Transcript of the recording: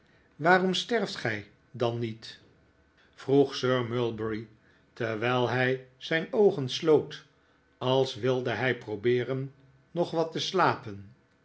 waarom sterft gij dan niet vroeg sir mulberry terwijl hij zijn oogen sloot als wilde hij probeeren nog wat te slapen